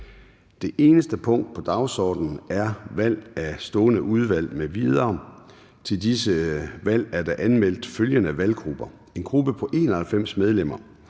Det eneste punkt på dagsordenen er: 1) Valg af stående udvalg m.v. Kl. 13:03 Formanden (Søren Gade): Til disse valg er der anmeldt følgende valggrupper: en gruppe på 91 medlemmer: